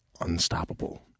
unstoppable